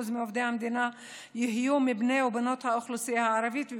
מעובדי המדינה יהיו מבני ובנות האוכלוסייה הערבית,